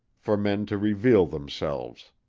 for men to reveal themselves.